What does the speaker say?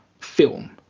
film